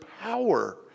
power